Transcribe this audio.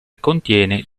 contiene